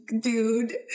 dude